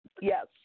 yes